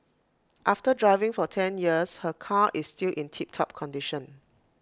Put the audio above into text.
after driving for ten years her car is still in tip top condition